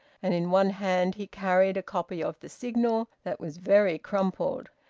and in one hand he carried a copy of the signal that was very crumpled.